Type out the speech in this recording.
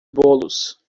bolos